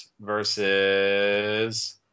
versus